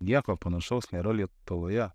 nieko panašaus nėra lietuvoje